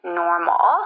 normal